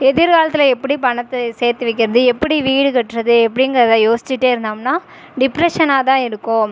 எதிர்காலத்தில் எப்படி பணத்தை சேர்த்து வைக்கிறது எப்படி வீடு கட்டுறது எப்படிங்கிறத யோசித்துட்டே இருந்தோம்னால் டிப்ரெஸனாக தான் இருக்கும்